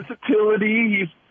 versatility